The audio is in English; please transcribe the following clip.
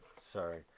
Sorry